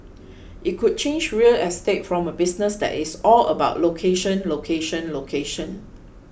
it could change real estate from a business that is all about location location location